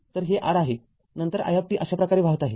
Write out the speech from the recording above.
तर हे R आहे नंतर i अशा प्रकारे वाहत आहे